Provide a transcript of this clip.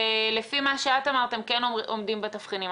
לפי מה שאת אמרת הם כן עומדים בתבחינים.